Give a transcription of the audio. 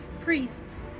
priests